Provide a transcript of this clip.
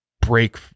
break